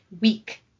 week